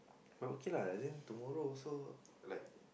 but okay lah then tomorrow also like